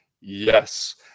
Yes